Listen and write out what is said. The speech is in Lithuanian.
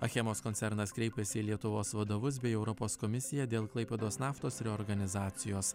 achemos koncernas kreipėsi į lietuvos vadovus bei europos komisiją dėl klaipėdos naftos reorganizacijos